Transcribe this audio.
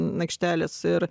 aikštelės ir